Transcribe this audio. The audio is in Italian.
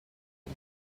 con